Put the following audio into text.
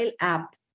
app